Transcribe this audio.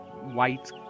white